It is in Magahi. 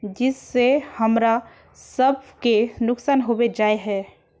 जिस से हमरा सब के नुकसान होबे जाय है?